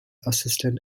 assistant